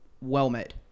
well-made